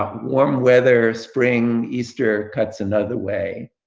warm weather, spring, easter cuts another way.